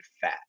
fat